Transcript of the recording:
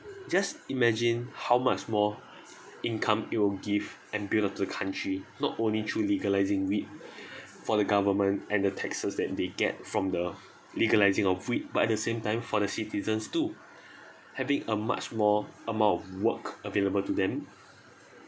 just imagine how much more income it'll give and build up to the country not only through legalising weep for the government and the taxes that they get from the legalising of weed but at the same time for the citizens too having a much more amount of work available to them